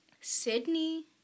Sydney